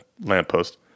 lamppost